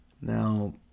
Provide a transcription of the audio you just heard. Now